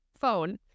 Phone